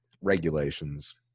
regulations